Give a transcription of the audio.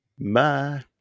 Bye